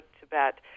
Tibet